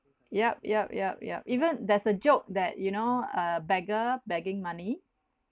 yup yup yup yup even there's a joke that you know a beggar begging money